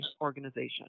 organization